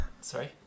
Sorry